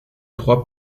trois